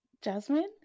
Jasmine